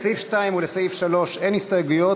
לסעיף 2 ולסעיף 3 אין הסתייגויות.